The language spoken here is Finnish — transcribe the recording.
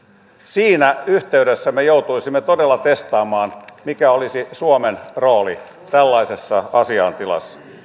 siinä yhteydessä me joutuisimme todella testaamaan mikä olisi suomen rooli tällaisessa asiaintilassa